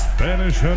Spanish